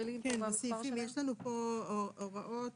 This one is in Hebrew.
יש לנו פה הוראות